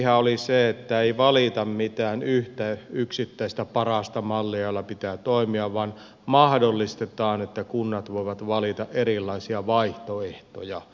henkihän oli se että ei valita mitään yhtä yksittäistä parasta mallia jolla pitää toimia vaan mahdollistetaan että kunnat voivat valita erilaisia vaihtoehtoja